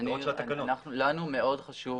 לנו מאוד חשוב